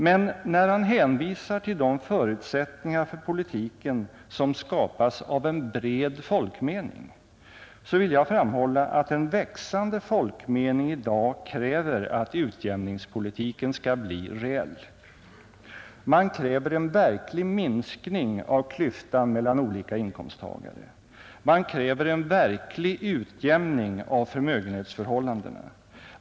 Men när han hänvisar till de förutsättningar för politiken som skapas av en bred folkmening, så vill jag framhålla att en växande folkmening i dag kräver att utjämningspolitiken skall bli reell. Man kräver en verklig minskning av klyftan mellan olika inkomsttagare. Man kräver en verklig utjämning av förmögenhetsförhållandena.